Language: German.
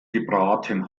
gebraten